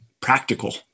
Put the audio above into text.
practical